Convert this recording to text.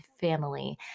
family